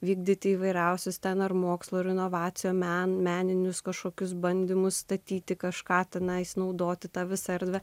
vykdyti įvairiausius ten ar mokslo ir inovacijų meno meninius kažkokius bandymus statyti kažką tenai sunaudoti tą visą erdvę